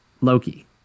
Loki